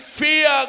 fear